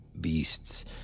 beasts